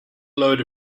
load